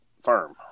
firm